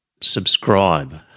subscribe